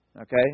Okay